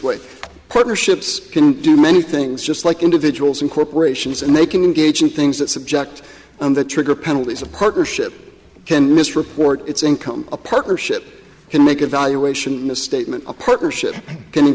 way partnerships can do many things just like individuals and corporations and they can engage in things that subject trigger penalties a partnership can misreport it's income a partnership can make a valuation a statement a partnership can